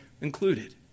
included